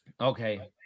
Okay